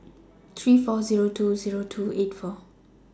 three four Zero two Zero two eight four